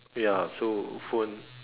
ya so phone